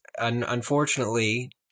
unfortunately